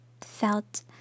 felt